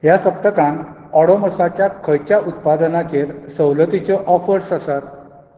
ह्या सप्तकांत ओडोमॉसाच्या खंयच्या उत्पादनांचेर सवलतीच्यो ऑफर्स आसात